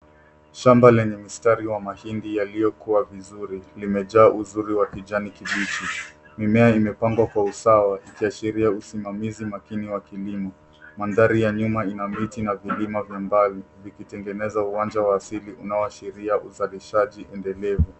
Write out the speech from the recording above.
Shamba lenye mistari wa mahindi yaliyokua vizuri, limejaa uzuri wa kijani kibichi. Mimea imepangwa kwa usawa, ikiashiria usimamizi makini wa kilimo. Mandhari ya nyuma ina miti na vilima vya mbali, ikitengeneza uwanja wa asili, unaoashiria uzalishaji endelevu.